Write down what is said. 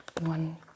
one